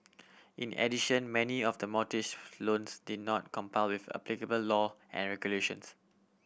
in addition many of the mortgage loans did not comply with applicable law and regulations